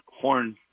horn